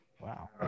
Wow